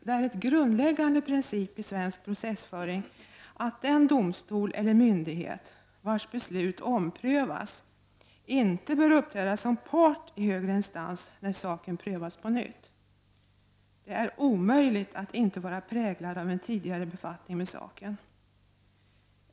Det är en grundläggande princip i svensk processföring att den domstol eller myndighet vars beslut omprövas inte bör uppträda som part i högre instans när saken prövas på nytt. Det är omöjligt att inte vara präglad av en tidigare befattning med saken.